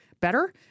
Better